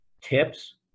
tips